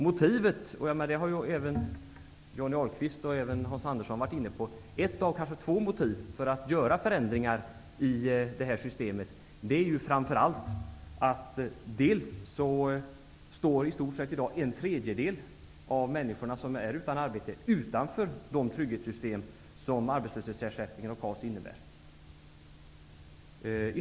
Ett av kanske två motiv, vilket även Johnny Ahlqvist och Hans Andersson har varit inne på, för att göra förändringar i detta system är framför allt att i stort sett drygt en tredjedel av de människor som är utan arbete i dag står utanför de trygghetssystem som arbetslöshetsersättningen och KAS innebär.